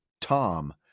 Tom